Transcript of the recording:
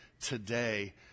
today